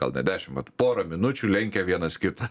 gal ne dešim bet porą minučių lenkia vienas kitą